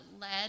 led